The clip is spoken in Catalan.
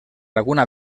alguna